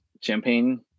champagne